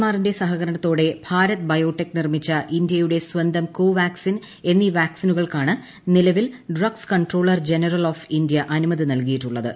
ആറിന്റെ സഹകരണത്തോടെ ് ഭാരത് ്ബയ്യോടെക് നിർമ്മിച്ച ഇന്ത്യയുടെ സ്വന്തം കോവാക്സിൻ ് കൃത്നീ വാക്സിനുകൾക്കാണ് drugs controller general of India അനുമതി നൽകിയിട്ടുള്ളത്